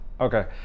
Okay